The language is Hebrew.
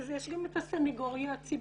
אז יש גם את הסנגוריה הציבורית.